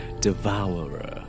devourer